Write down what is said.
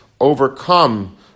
overcome